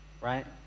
right